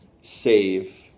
save